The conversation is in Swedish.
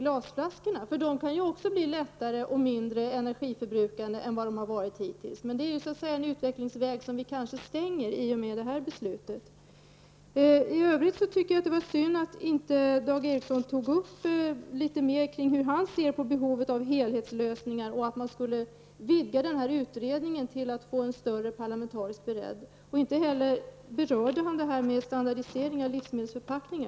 Glasflaskorna kan ju också bli lättare och mindre energiförbrukande än vad de hittills har varit. Men den utvecklingen kommer vi nog inte att få nu. Det är en utvecklingsväg som vi kanske stänger i och med det här beslutet. Det var synd att Dag Ericson inte tog upp litet mer om hur han ser på behovet av helhetslösningar. Skulle kunna man kunna vidga den här utredningen till att få en större parlamentarisk bredd? Han berörde inte heller detta med standardisering av livsmedelsförpackningar.